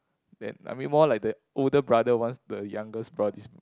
that I mean more like the older brother wants the youngest brother